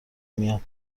میاد